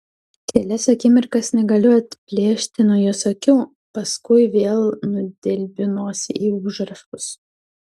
kelias akimirkas negaliu atplėšti nuo jos akių paskui vėl nudelbiu nosį į užrašus